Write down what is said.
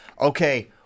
okay